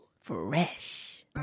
fresh